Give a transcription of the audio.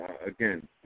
Again